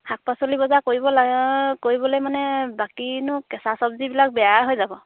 শাক পাচলি বজাৰ কৰিব লাগে কৰিবলৈ মানে বাকীনো কেঁচা চব্জিবিলাক বেয়াই হৈ যাব